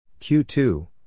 Q2